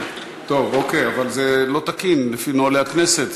טוב, אוקיי, אבל זה לא תקין לפי נוהלי הכנסת.